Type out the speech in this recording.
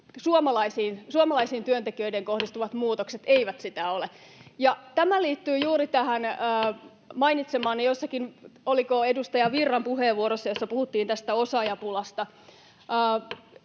suomalaisiin työntekijöihin kohdistuvat muutokset eivät sitä ole. Ja tämä liittyy juuri tähän mainitsemaanne osaajapulaan — oliko edustaja Virran puheenvuorossa, jossa puhuttiin tästä osaajapulasta.